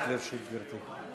אני אוכל להתחיל זה יהיה